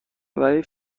ولی